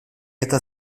eta